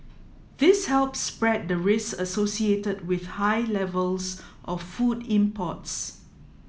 this helps spread the risks associated with high levels of food imports